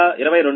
2420